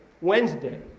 Wednesday